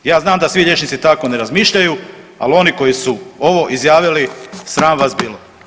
Ja znam da svi liječnici tako ne razmišljaju, ali oni koji su ovo izjavili sram vas bilo.